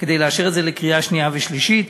כדי לאשר את זה לקריאה שנייה ושלישית.